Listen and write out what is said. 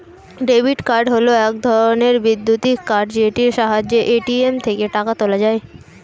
debit card হল এক ধরণের বৈদ্যুতিক কার্ড যেটির সাহায্যে এ.টি.এম থেকে টাকা তোলা যায়